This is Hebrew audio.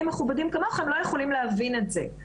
מכובדים כמוכם לא יכולים להבין את זה,